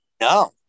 No